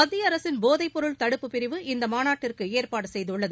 மத்திய அரசின் போதைப்பொருள் தடுப்புப் பிரிவு இம்மாநாட்டிற்கு ஏற்பாடு செய்துள்ளது